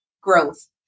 growth